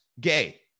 gay